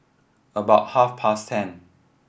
about half past ten